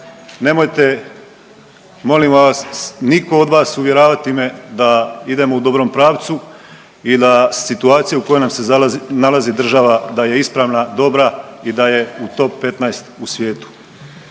nemojte molim vas, niko od vas uvjeravati me da idemo u dobrom pravcu i da situacija u kojoj nam se nalazi država da je ispravna, dobra i da je u top 15 u svijetu.